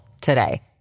today